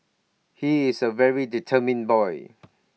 he is A very determined boy